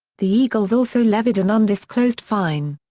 the eagles also levied an undisclosed fine.